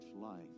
life